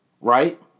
Right